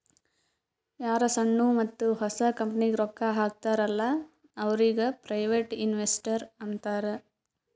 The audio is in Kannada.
ಯಾರು ಸಣ್ಣು ಮತ್ತ ಹೊಸ ಕಂಪನಿಗ್ ರೊಕ್ಕಾ ಹಾಕ್ತಾರ ಅಲ್ಲಾ ಅವ್ರಿಗ ಪ್ರೈವೇಟ್ ಇನ್ವೆಸ್ಟರ್ ಅಂತಾರ್